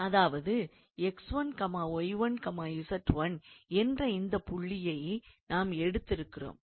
அதாவது 𝑥1𝑦1𝑧1 என்ற இந்தப் புள்ளியை நாம் எடுத்திருக்கிறோம்